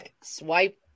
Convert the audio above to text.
swipe